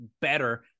better